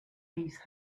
these